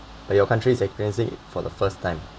but your country is experiencing it for the first time